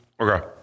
Okay